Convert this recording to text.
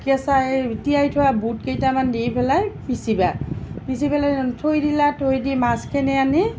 কেঁচা এই তিয়াই থোৱা বুট কেইটামান দি পেলাই পিচিবা পিচি পেলাই থৈ দিলা থৈ দি মাছখিনি আনি